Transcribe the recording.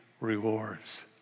rewards